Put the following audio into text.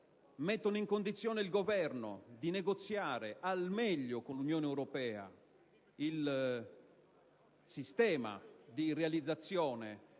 Governo in condizione di negoziare al meglio con l'Unione europea il sistema di realizzazione